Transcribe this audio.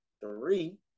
Three